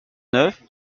neuf